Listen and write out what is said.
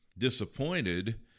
disappointed